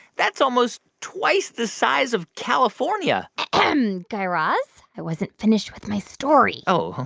that's almost twice the size of california and guy raz, i wasn't finished with my story oh,